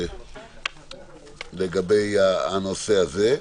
לגבי הנושא הזה.